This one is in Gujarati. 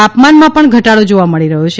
તાપમાનામાં પણ ધટાડો જોવા મળી રહ્યો છે